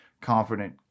confident